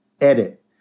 edit